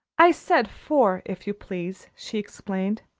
i said four, if you please, she explained.